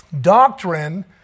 Doctrine